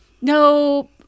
no